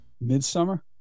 Midsummer